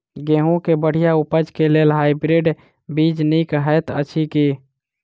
गेंहूँ केँ बढ़िया उपज केँ लेल हाइब्रिड बीज नीक हएत अछि की?